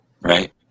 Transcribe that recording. right